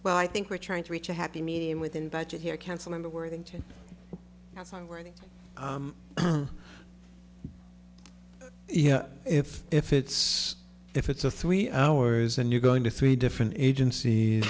well i think we're trying to reach a happy medium within budget here cancelling the worthington yeah if if it's if it's a three hours and you're going to three different agencies